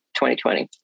2020